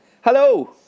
Hello